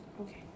Okay